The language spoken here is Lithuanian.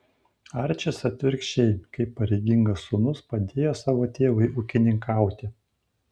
arčis atvirkščiai kaip pareigingas sūnus padėjo savo tėvui ūkininkauti